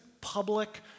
public